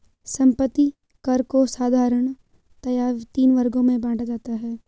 संपत्ति कर को साधारणतया तीन वर्गों में बांटा जाता है